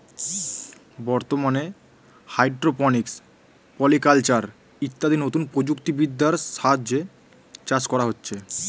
বর্তমানে hydroponics, polyculture ইত্যাদি নতুন প্রযুক্তি বিদ্যার সাহায্যে চাষ করা হচ্ছে